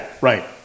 right